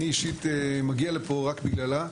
אני אישית מגיע לפה רק בגללה,